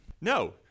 No